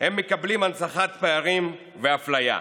הם מקבלים הנצחת פערים ואפליה.